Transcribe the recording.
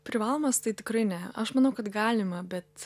privalomas tai tikrai ne aš manau kad galima bet